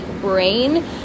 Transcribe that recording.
brain